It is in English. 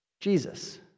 Jesus